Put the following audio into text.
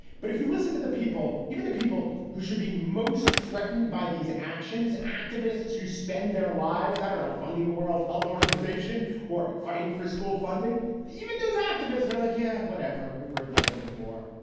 but if you listen to the people, even the people who should be most threatened by these actions, activists who spend their lives, i don't know, funding the world health organization or fighting for school funding. even those activists are like, yeah, whatever. we've heard this one before.